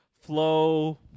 flow